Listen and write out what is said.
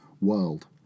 world